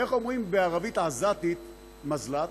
איך אומרים בערבית עזתית מזל"ט?